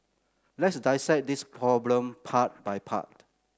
let's dissect this problem part by part